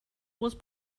was